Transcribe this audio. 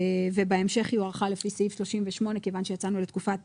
ובהמשך היא הוארכה לפי סעיף 38 כיוון שיצאנו לתקופת